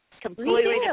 Completely